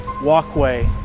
walkway